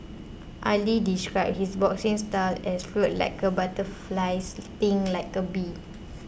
Ali described his boxing style as float like a butterfly sting like a bee